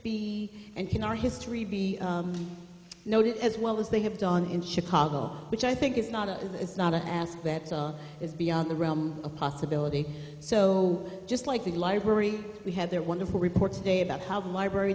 be and can our history be noted as well as they have done in chicago which i think is not a it's not a ask that is beyond the realm of possibility so just like the library we had there wonderful reports today about how the library